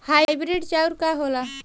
Hybrid चाउर का होला?